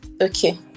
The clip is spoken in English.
okay